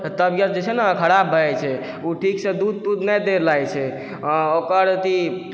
तबियत जे छै ने खराब भए जाइ छै ओ ठीकसँ दूध तूध नहि दियऽ लागै छै आओर ओकर अथी